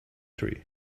tree